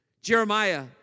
Jeremiah